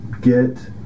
get